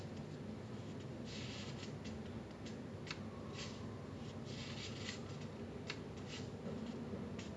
so என்னோட:ennoda bundle வந்து:vanthu got the P_S four god of war the last of us and for~ forza horizon ah I don't know forza horizon something something